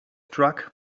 struck